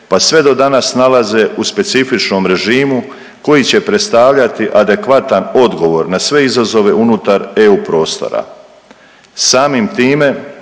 pa sve do danas nalaze u specifičnom režimu koji će predstavljati adekvatan odgovor na sve izazove unutar EU prostora. Samim time